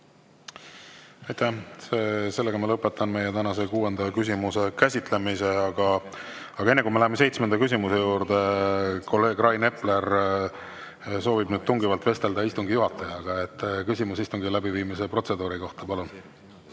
Aitäh! Sellega ma lõpetan meie tänase kuuenda küsimuse käsitlemise. Aga enne, kui me läheme seitsmenda küsimuse juurde, kolleeg Rain Epler soovib nüüd tungivalt vestelda istungi juhatajaga. Küsimus istungi läbiviimise protseduuri kohta, palun!